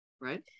Right